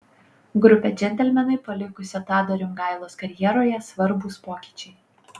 grupę džentelmenai palikusio tado rimgailos karjeroje svarbūs pokyčiai